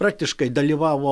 praktiškai dalyvavo